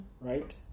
right